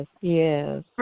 yes